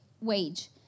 wage